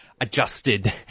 adjusted